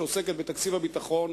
שעוסקת בתקציב הביטחון.